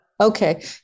Okay